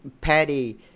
Patty